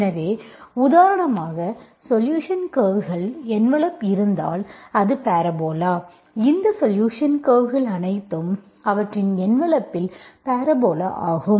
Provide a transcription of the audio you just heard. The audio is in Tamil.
எனவே உதாரணமாக சொலுஷன் கர்வ்கள் என்வெலப் இருந்தால் இது பேரபோலா இந்த சொலுஷன் கர்வ்கள் அனைத்தும் அவற்றின் என்வெலப்பில் பேரபோலா ஆகும்